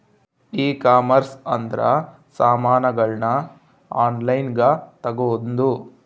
ಈ ಕಾಮರ್ಸ್ ಅಂದ್ರ ಸಾಮಾನಗಳ್ನ ಆನ್ಲೈನ್ ಗ ತಗೊಂದು